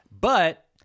But-